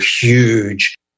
huge